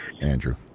andrew